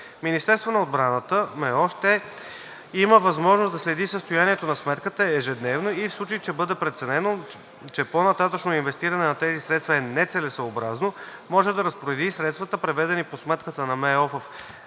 Министерството на отбраната ще има възможност да следи състоянието на сметката ежедневно и в случай че бъде преценено, че по-нататъшното инвестиране на тези средства е нецелесъобразно, може да разпореди средствата, преведени по сметката на МО във